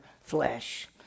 flesh